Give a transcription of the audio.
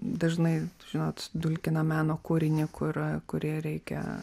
dažnai žinot dulkiną meno kūrinį kur kurį reikia